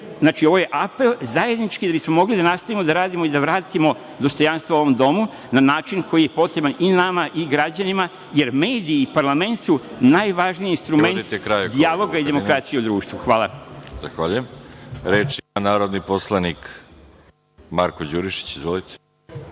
iznenadi. Ovo je apel da bismo mogli da nastavimo da radimo i da vratimo dostojanstvo ovom domu na način koji je potreban i nama i građanima, jer mediji i parlament su najvažniji instrumenti dijaloga i demokratije u društvu. Hvala. **Veroljub Arsić** Zahvaljujem. Reč ima narodni poslanik Marko Đurišić. Izvolite.